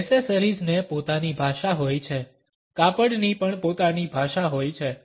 એસેસરીઝને પોતાની ભાષા હોય છે કાપડની પણ પોતાની ભાષા હોય છે